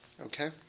Okay